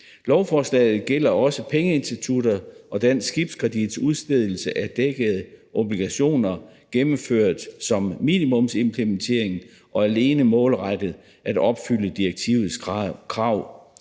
Lovforslaget gælder også pengeinstitutter og dansk skibskredits udstedelse af dækkede obligationer gennemført som minimumsimplementering og alene målrettet mod at opfylde direktivets krav.